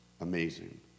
amazing